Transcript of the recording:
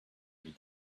read